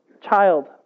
child